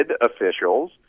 officials